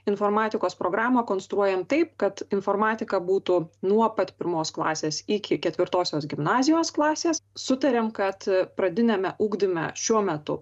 informatikos programą konstruojam taip kad informatika būtų nuo pat pirmos klasės iki ketvirtosios gimnazijos klasės sutarėm kad pradiniame ugdyme šiuo metu